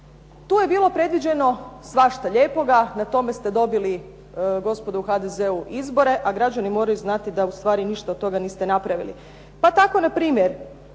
Tu je bilo predviđeno svašta lijepoga, na tome ste dobili gospodo u HDZ-u izbore, a građani moraju znati gospodo da ništa od toga niste ustvari napravili. Pa tako npr.